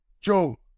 joe